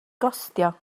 gostio